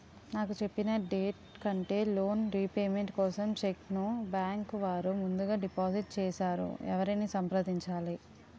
నాకు చెప్పిన డేట్ కంటే లోన్ రీపేమెంట్ కోసం చెక్ ను బ్యాంకు వారు ముందుగా డిపాజిట్ చేసారు ఎవరిని సంప్రదించాలి?